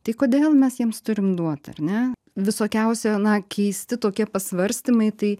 tai kodėl mes jiems turim duot ar ne visokiausi na keisti tokie pasvarstymai tai